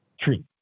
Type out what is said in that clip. treat